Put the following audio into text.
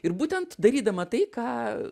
ir būtent darydama tai ką